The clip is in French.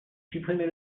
supprimez